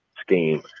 scheme